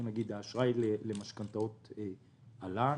ברור שהאשראי למשכנתאות עלה.